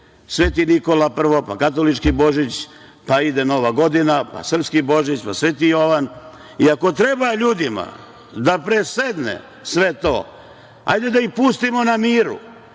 sveti Nikola, prvo pa katolički Božić, pa ide Nova godina, pa srpski Božić, pa sveti Jovan i ako treba ljudima da presedne sve to, hajde da ih pustimo na miru.